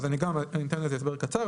אני אתן לזה הסבר קצר.